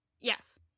Yes